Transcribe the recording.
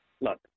look